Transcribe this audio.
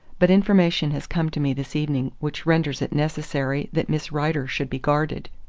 but information has come to me this evening which renders it necessary that miss rider should be guarded.